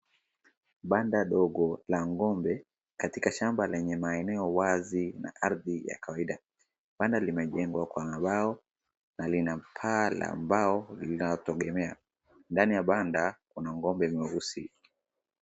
Banda ndogo la Ng'ombe katika shamba lenye maeneo wazi na ardhi ya kawaida banda limejengwa Kwa mbao na lina paa la mbao linatogemea, ndani ya Banda Kuna Ng'ombe nyeusi.